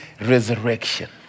resurrection